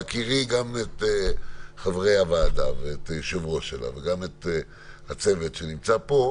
בהכירי גם את חברי הוועדה ואת היושב-ראש שלה וגם את הצוות שנמצא פה,